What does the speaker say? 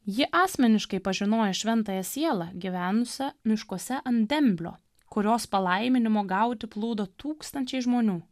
ji asmeniškai pažinojo šventąją sielą gyvenusią miškuose ant demblio kurios palaiminimo gauti plūdo tūkstančiai žmonių